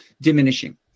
diminishing